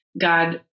God